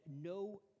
no